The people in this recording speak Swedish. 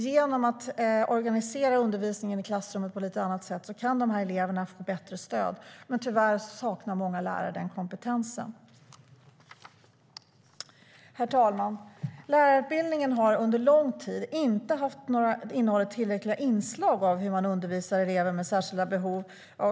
Genom att man organiserar undervisningen i klassrummet på lite annat sätt kan eleverna få bättre stöd, men tyvärr saknar många lärare den kompetensen. Herr talman! Lärarutbildningen har under lång tid inte haft tillräckliga inslag av hur man undervisar elever med särskilda behov.